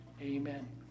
Amen